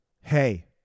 Hey